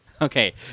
okay